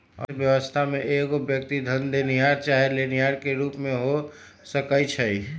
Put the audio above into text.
अर्थव्यवस्था में एगो व्यक्ति धन देनिहार चाहे लेनिहार के रूप में हो सकइ छइ